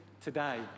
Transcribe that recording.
today